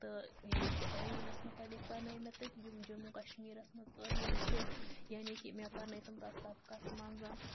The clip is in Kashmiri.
تہٕ یعنی کہِ عٲییٖنَس مُتعلِق پَرنٲے مےٚ تَتہِ یِم جموں کَشمیٖرَس منٛز عٲییٖن چھُ یعنی کہِ مےٚ پَرنٲے تِم تَتھ سَبقَس منٛز